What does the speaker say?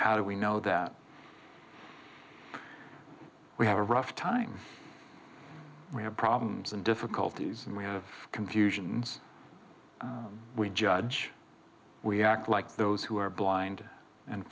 how do we know that we have a rough time we have problems and difficulties and we have confusions we judge we act like those who are blind and